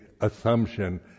assumption